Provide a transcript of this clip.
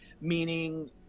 meaning